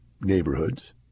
neighborhoods